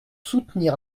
soutenir